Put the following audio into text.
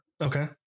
Okay